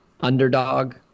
underdog